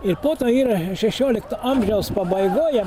ir po to yra šešiolikto amžiaus pabaigoje